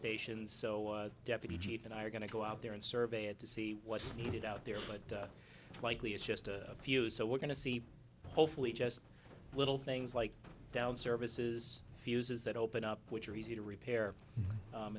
stations so deputy g eight and i are going to go out there and survey it to see what's needed out there but likely it's just a few so we're going to see hopefully just little things like down services fuses that open up which are easy to repair